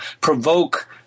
provoke